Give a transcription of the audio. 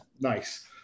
nice